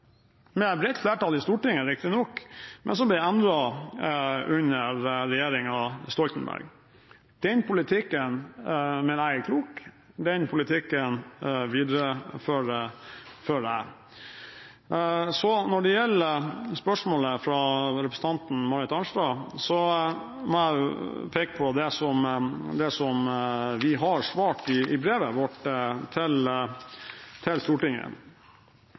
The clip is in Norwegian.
med et bredt flertall i Stortinget, riktignok, under regjeringen Stoltenberg. Den politikken mener jeg er klok. Den politikken viderefører jeg. Når det gjelder spørsmålet fra representanten Marit Arnstad, må jeg peke på det som vi har svart i brevet vårt til Stortinget,